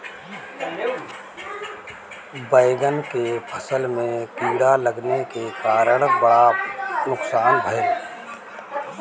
बैंगन के फसल में कीड़ा लगले के कारण बड़ा नुकसान भइल